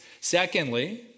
Secondly